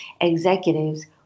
executives